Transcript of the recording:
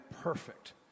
perfect